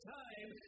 time